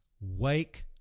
wake